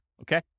Okay